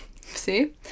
See